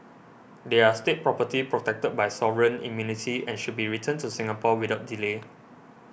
they are State property protected by sovereign immunity and should be returned to Singapore without delay